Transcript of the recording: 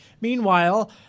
Meanwhile